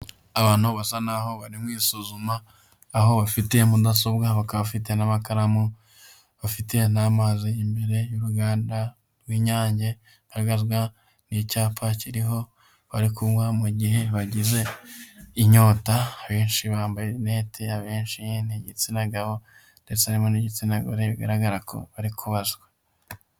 Abantu basa n'aho bari mu isuzuma aho bafite mudasobwa bakaba bafite n'amakaramu bafite n'amazi imbere y'uruganda rw'inyange bigaragazwa n'icyapa kiriho bari kunywa mugihe bagize inyota benshi bambara lunette abenshi ni igitsina gabo ndetse harimo n'igitsina gore bigaragara ko bari kubazwa.